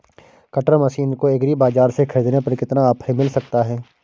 Cutter machine को agri बाजार से ख़रीदने पर कितना ऑफर मिल सकता है?